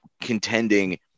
contending